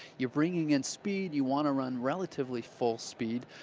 you're bringing in speed. you want to run relatively full speed.